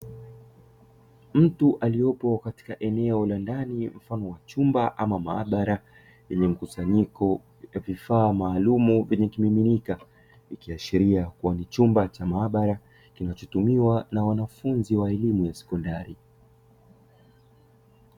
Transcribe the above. Mtu aliyepo katika eneo la ndani mfano wa chumba ama maabara lenye mkusanyiko wa vifaa maalumu vyenye vimiminika, ikiashiria kuwa ni chumba cha maabara kinachotumiwa na wanafunzi wa shule ya sekondari.